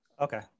Okay